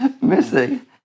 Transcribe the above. Missing